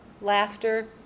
laughter